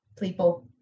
people